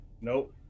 Nope